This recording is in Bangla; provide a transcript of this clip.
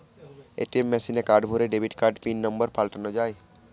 এ.টি.এম মেশিনে কার্ড ভোরে ডেবিট কার্ডের পিন নম্বর পাল্টানো যায়